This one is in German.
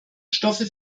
stoffe